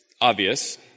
obvious